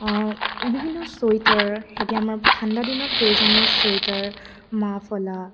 বিভিন্ন চুৱেটাৰ এতিয়া আমাৰ ঠাণ্ডা দিনত প্ৰয়োজনীয় চুৱেটাৰ মাফলাৰ